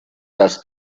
dass